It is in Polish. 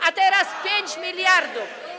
a teraz 5 mld.